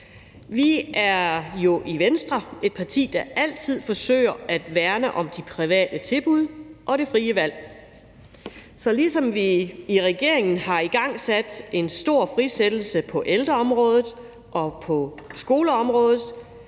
er vi jo et parti, der altid forsøger at værne om de private tilbud og det frie valg, så ligesom vi i regeringen har igangsat en stor frisættelse på ældreområdet og på skoleområdet,